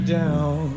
down